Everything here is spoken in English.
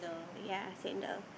ya sandal